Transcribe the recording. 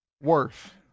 worth